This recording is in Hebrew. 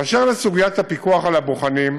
באשר לסוגיית הפיקוח על הבוחנים,